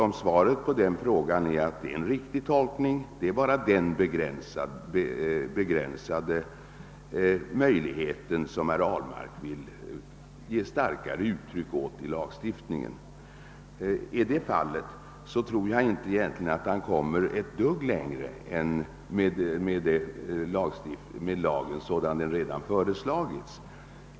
Om svaret på den frågan är, att det är en riktig tolkning av motionen, att det alltså bara är den begränsade möjligheten som herr Ahlmark vill ge starkare uttryck åt i lagstiftningen, tror jag inte, att han egentligen kommer ett dugg längre än med den utformning av lagen som föreslagits.